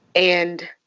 and